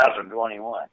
2021